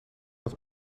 het